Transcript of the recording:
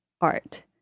art